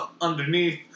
underneath